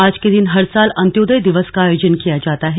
आज के दिन हर साल अन्त्योदय दिवस का आयोजन किया जाता है